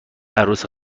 عروس